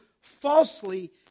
falsely